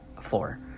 floor